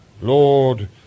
Lord